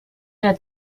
der